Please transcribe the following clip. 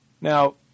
Now